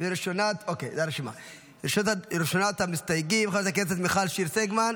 ראשונת המסתייגים, חברת הכנסת מיכל שיר סגמן,